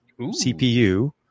cpu